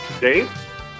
Dave